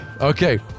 okay